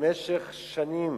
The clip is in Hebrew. במשך שנים,